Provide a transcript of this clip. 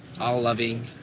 all-loving